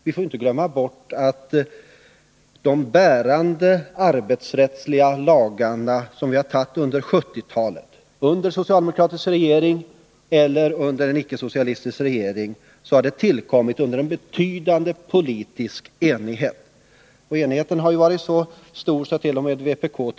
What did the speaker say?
Vi får inte glömma bort att de bärande arbetsrättsliga lagarna — som vi har antagit under 1970-talet och under både socialdemokratiska och icke-socialistiska regeringar — har tillkommit i betydande politisk enighet. Enigheten har ju varit så stor, att vpk tycker att den t.o.m. varit besvärande.